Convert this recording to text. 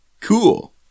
Cool